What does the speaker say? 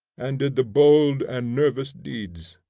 and did the bold and nervous deeds.